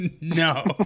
No